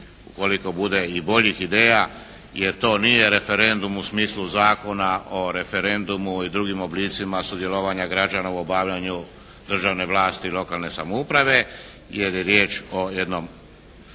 ukoliko bude i boljih ideja jer to nije referendum u smislu Zakona o referendumu i drugim oblicima sudjelovanja građana u obavljanju državne vlasti i lokalne samouprave. Jer je riječ o jednoj